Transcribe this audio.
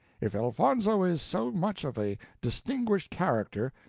if elfonzo is so much of a distinguished character,